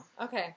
Okay